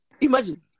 Imagine